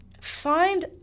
find